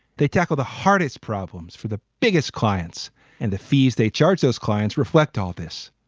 they tackle the hardest problems for the biggest clients and the fees they charge. those clients reflect all this.